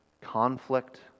Conflict